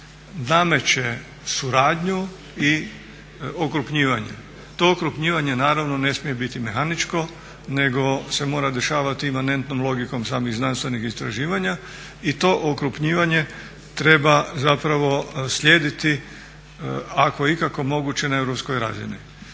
nameće suradnju i okrupnjivanje. To okrupnjivanje naravno ne smije biti mehaničko nego se mora dešavati imanentnom logikom samih znanstvenih istraživanja i to okrupnjivanje treba slijediti ako je ikako moguće na europskoj razini.